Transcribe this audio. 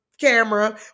camera